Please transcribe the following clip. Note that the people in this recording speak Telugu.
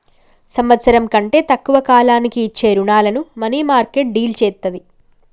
సంవత్సరం కంటే తక్కువ కాలానికి ఇచ్చే రుణాలను మనీమార్కెట్ డీల్ చేత్తది